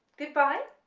goodbye